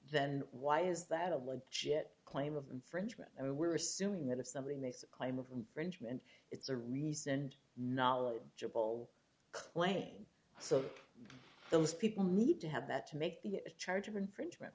then why is that a legit claim of infringement and we're assuming that if somebody makes a claim of infringement it's a release and knowledgeable claim so those people need to have that to make the charge of infringement